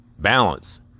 balance